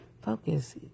focus